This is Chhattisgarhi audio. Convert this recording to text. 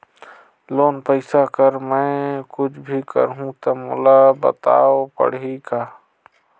लोन पइसा कर मै कुछ भी करहु तो मोला बताव पड़ही का?